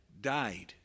died